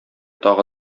тагы